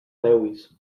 lewis